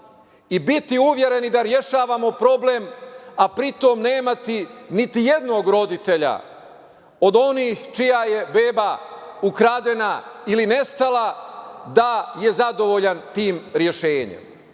i biti uvereni da rešavamo problem, a pri tome nemati niti jednog roditelja od onih čija je beba ukradena ili nestala da je zadovoljan tim rešenjem. Ja